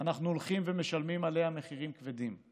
אנחנו הולכים ומשלמים עליה מחירים כבדים.